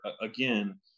again